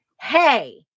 Hey